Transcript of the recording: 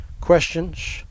questions